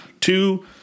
two